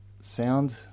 sound